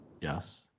yes